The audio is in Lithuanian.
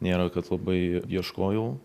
nėra kad labai ieškojau